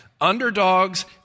underdogs